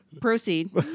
proceed